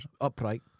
upright